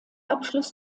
abschluss